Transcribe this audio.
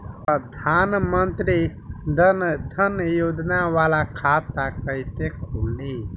प्रधान मंत्री जन धन योजना वाला खाता कईसे खुली?